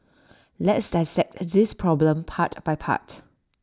let's dissect this problem part by part